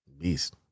Beast